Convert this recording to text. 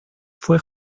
fue